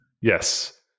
Yes